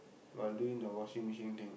while doing the washing machine thing